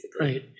Right